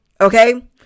okay